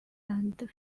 and